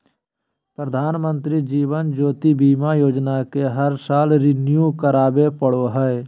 प्रधानमंत्री जीवन ज्योति बीमा योजना के हर साल रिन्यू करावे पड़ो हइ